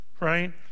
right